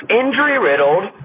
injury-riddled